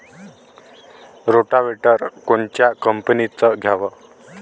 Rotavator कोनच्या कंपनीचं घ्यावं?